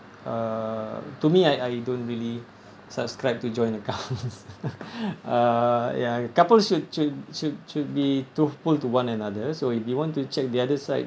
uh to me I I don't really subscribe to joint account uh ya couples should should should should be truthful to one another so if you want to check the other side